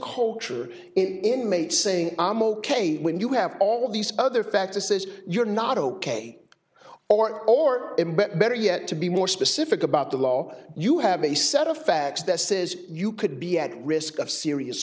culture in mate saying i'm ok when you have all these other factors says you're not ok or or better yet to be more specific about the law you have a set of facts that says you could be at risk of serious